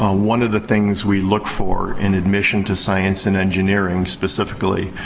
um one of the things we look for in admission to science and engineering, specifically,